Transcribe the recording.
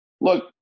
Look